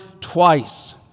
twice